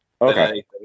Okay